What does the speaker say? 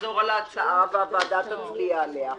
תחזור על ההצעה והוועדה תצביע עליה.